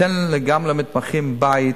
ניתן גם למתמחים בית,